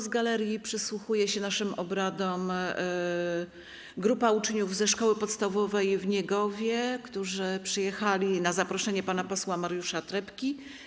Z galerii przysłuchuje się naszym obradom grupa uczniów ze Szkoły Podstawowej w Niegowie, która przyjechała na zaproszenie pana posła Mariusza Trepki.